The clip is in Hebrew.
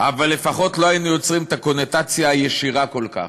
אבל לפחות לא היינו יוצרים את הקונוטציה הישירה כל כך,